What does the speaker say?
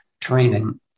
training